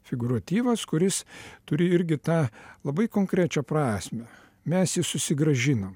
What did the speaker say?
figūratyvas kuris turi irgi tą labai konkrečią prasmę mes jį susigrąžinom